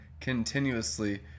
continuously